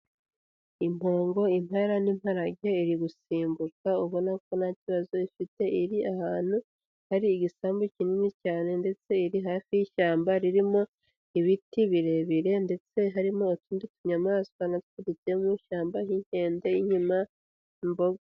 Impongo, impara n'imparage iri gusimbuka, ubona ko nta kibazo ifite iri ahantu hari igisambu kinini cyane ndetse iri hafi y'ishyamba ririmo ibiti birebire ndetse harimo utundi tuyamaswa natwo dutuye mu ishyamba nk'inkende, inkima, imbogo.